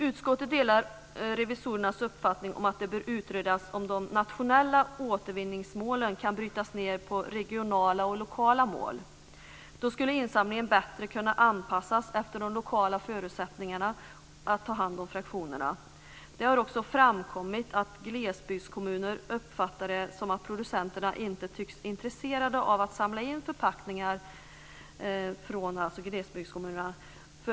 Utskottet delar revisorernas uppfattning om att det bör utredas om de nationella återvinningsmålen kan brytas ned på regionala och lokala mål. Då skulle insamlingen bättre kunna anpassas efter de lokala förutsättningarna att ta hand om fraktionerna. Det har också framkommit att glesbygdskommuner uppfattar det som att producenterna inte tycks intresserade av att samla in förpackningar från glesbygdskommunerna.